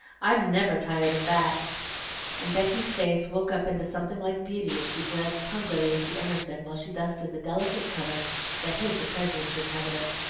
i'm never tired of that and becky's face woke up into something like beauty as she glanced hungrily at the emerson while she dusted the delicate cover that hid the treasures she coveted.